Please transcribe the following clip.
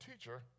teacher